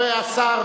השר